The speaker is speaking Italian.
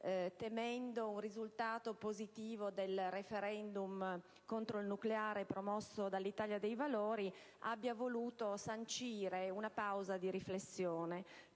temendo un risultato positivo del *referendum* contro il nucleare promesso dall'Italia dei Valori), sancire una pausa di riflessione;